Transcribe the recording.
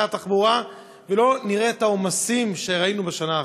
התחבורה ולא נראה את העומס שראינו בשנה האחרונה.